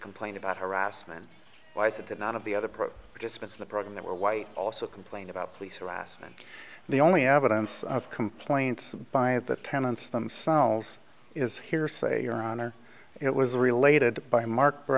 complain about harassment why is it that none of the other probe participants in the program that were white also complained about police harassment and the only evidence of complaints by the tenants themselves is hearsay your honor it was related by mark